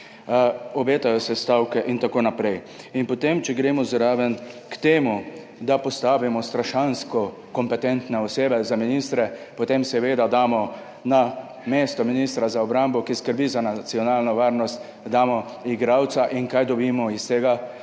Obetajo se stavke in tako naprej. In potem, če gremo zraven k temu, da postavimo strašansko kompetentne osebe za ministre, potem seveda damo na mesto ministra za obrambo, ki skrbi za nacionalno varnost, damo igralca in kaj dobimo iz tega?